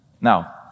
Now